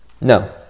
No